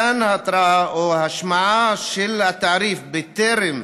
מתן התראה או השמעה של התעריף בטרם